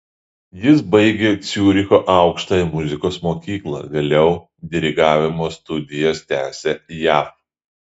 jis baigė ciuricho aukštąją muzikos mokyklą vėliau dirigavimo studijas tęsė jav